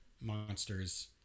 monsters